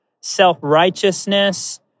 self-righteousness